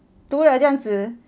读了这样子